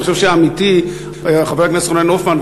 אני חושב שעמיתי חבר הכנסת רונן הופמן,